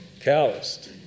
calloused